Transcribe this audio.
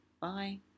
Bye